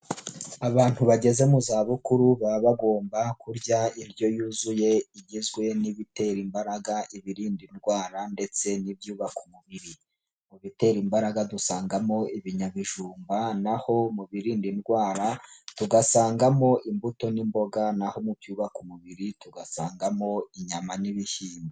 Abantu bageze mu zabukuru baba bagomba kurya indyo yuzuye igizwe, n'ibitera imbaraga, ibirinda indwara, ndetse n'ibyubaka umubiri, mu bitera imbaraga dusangamo ibinyabijumba, naho mu birinda indwara tugasangamo imbuto n'imboga, naho mu byubaka umubiri tugasangamo inyama n'ibishyimbo.